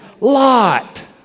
Lot